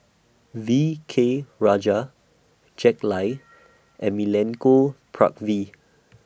V K Rajah Jack Lai and Milenko